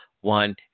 One